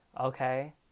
okay